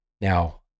Now